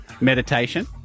Meditation